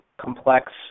complex